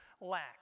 lack